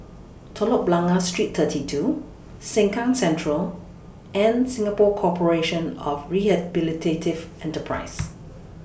Telok Blangah Street thirty two Sengkang Central and Singapore Corporation of Rehabilitative Enterprises